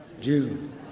June